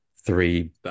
three